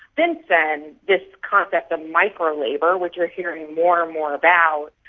then then this concept of micro-labour, which you're hearing more and more about,